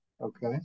Okay